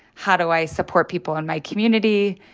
how do i support people in my community?